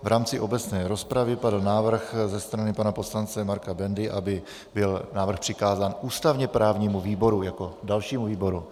V rámci obecné rozpravy padl návrh ze strany pana poslance Marka Bendy, aby byl návrh přikázán ústavněprávnímu výboru jako dalšímu výboru.